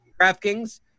DraftKings